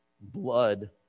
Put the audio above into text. blood